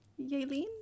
Yaelin